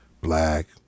black